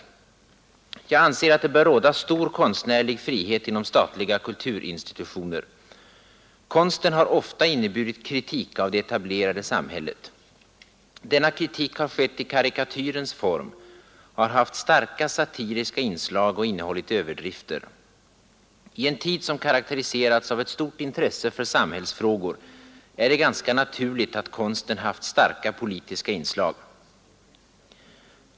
Jag anser att det bör råda stor konstnärlig frihet inom statliga kulturinstitutioner. Konsten har ofta inneburit kritik av det etablerade samhället. Denna kritik har skett i karikatyrens form, har haft starka satiriska inslag och innehållit överdrifter. I en tid som karaktäriserats av ett stort intresse för samhällsfrågor är det ganska naturligt att konsten haft starka politiska inslag.